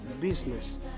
business